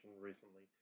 recently